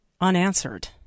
unanswered